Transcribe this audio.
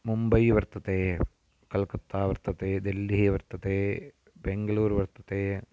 मुम्बै वर्तते कल्कत्ता वर्तते देल्लि वर्तते बेङ्गलूरु वर्तते